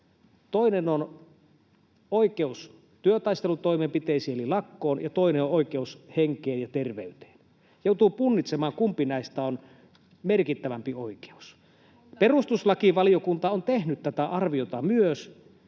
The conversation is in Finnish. toinen on oikeus työtaistelutoimenpiteisiin eli lakkoon ja toinen on oikeus henkeen ja terveyteen, joutuu punnitsemaan, kumpi näistä on merkittävämpi oikeus. [Kaisa Juuson välihuuto] Perustuslakivaliokunta on tehnyt tätä arviota myös,